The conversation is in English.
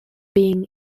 being